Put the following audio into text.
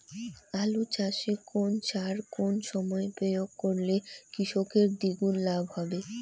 আলু চাষে কোন সার কোন সময়ে প্রয়োগ করলে কৃষকের দ্বিগুণ লাভ হবে?